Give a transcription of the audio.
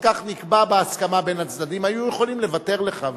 כך נקבע בהסכמה בין הצדדים, היו יכולים לוותר לך.